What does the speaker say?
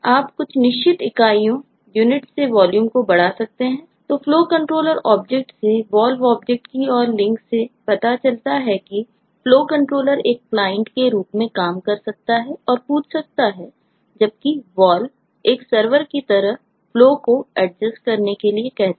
आप कुछ निश्चित इकाइयों यूनिट FlowContoller ऑब्जेक्ट से DisplayPanel ऑब्जेक्ट की ओर है